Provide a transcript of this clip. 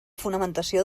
fonamentació